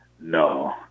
No